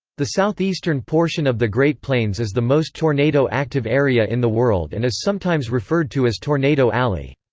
the southeastern portion of the great plains is the most tornado active area in the world and is sometimes referred to as tornado alley.